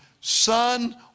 son